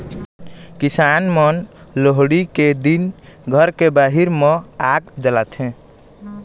किसान मन लोहड़ी के दिन घर के बाहिर म आग जलाथे